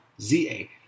Z-A